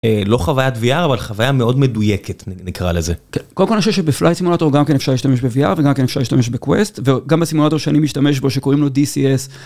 לא חוויית VR, אבל חוויה מאוד מדויקת, נקרא לזה. כן, קודם כל אני חושב שבפלייט סימולטור גם כן אפשר להשתמש ב-VR וגם כן אפשר להשתמש ב-Quest, וגם בסימולטור שאני משתמש בו שקוראים לו DCS.